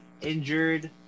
injured